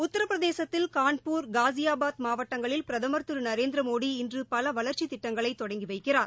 உத்தரப்பிரதேசத்தில் கான்பூர் காஸியாபாத் மாவட்டங்களில் பிரதமர் திரு நரேந்திர மோடி இன்று பல வளர்ச்சித் திட்டங்களை தொடங்கி வைக்கிறார்